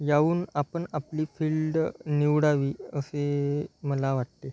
यावरून आपण आपली फील्ड निवडावी असे मला वाटते